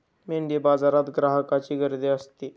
मेंढीबाजारात ग्राहकांची गर्दी असते